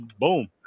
Boom